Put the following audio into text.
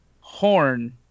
horn